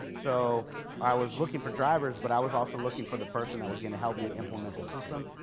so i was looking for drivers, but i was also looking for the person that was going to help me implement the system,